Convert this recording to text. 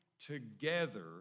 together